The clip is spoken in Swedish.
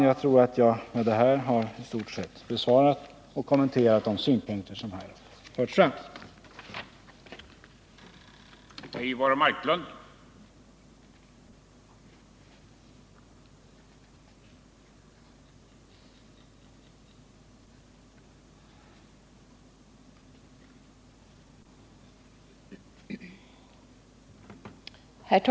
Jag tror att jag med detta i stort sett har kommenterat de synpunkter som här har förts fram.